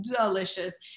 delicious